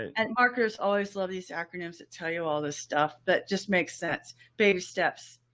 and markers always love these acronyms that tell you all this stuff that just makes sense. baby steps.